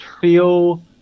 feel